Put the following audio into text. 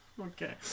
Okay